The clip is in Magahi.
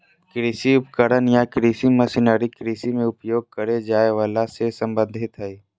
कृषि उपकरण या कृषि मशीनरी कृषि मे उपयोग करे जाए वला से संबंधित हई